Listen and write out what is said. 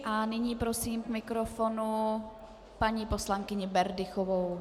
A nyní prosím k mikrofonu paní poslankyni Berdychovou.